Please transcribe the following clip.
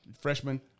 freshman